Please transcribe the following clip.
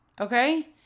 Okay